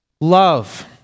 love